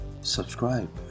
Subscribe